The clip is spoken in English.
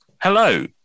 Hello